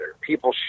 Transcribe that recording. people